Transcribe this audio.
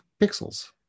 pixels